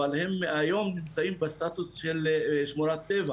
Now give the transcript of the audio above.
אבל הן היום נמצאות בסטטוס של שמורת טבע.